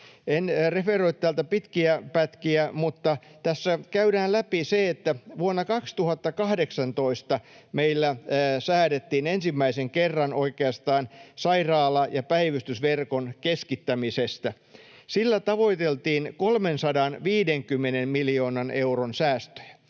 En referoi täältä pitkiä pätkiä, mutta tässä käydään läpi se, että vuonna 2018 meillä säädettiin ensimmäisen kerran oikeastaan sairaala- ja päivystysverkon keskittämisestä. Sillä tavoiteltiin 350 miljoonan euron säästöjä.